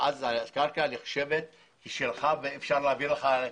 ואז הקרקע נחשבת שלך ואפשר להעביר לך כסף.